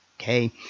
Okay